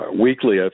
weekly